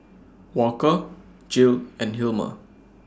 Walker Jill and Hilmer